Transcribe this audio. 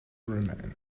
remain